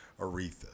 Aretha